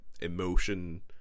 emotion